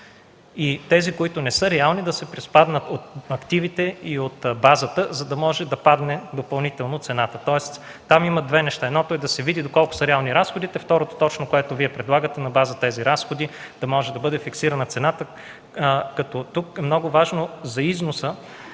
и тези, които не са реални, да се приспаднат от активите и от базата, за да може да падне допълнително цената. Тоест там има две неща – едното е да се види доколко са реални разходите, а второто, това, което Вие предлагате, на база на тези разходи да може да бъде фиксирана цената. Основният проблем пред износа